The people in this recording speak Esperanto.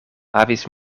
havis